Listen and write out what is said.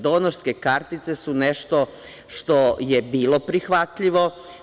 Donorske kartice su nešto što je bilo prihvatljivo.